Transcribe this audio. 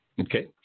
Okay